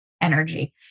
energy